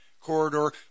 corridor